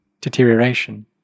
deterioration